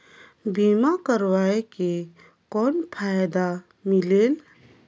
बीमा करवाय के कौन फाइदा मिलेल?